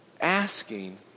Asking